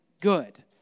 good